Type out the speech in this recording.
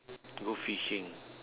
go fishing